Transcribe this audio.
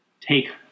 Take